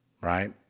right